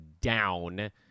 down